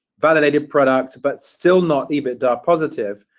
validated product, but still not ebitda positive,